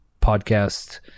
podcast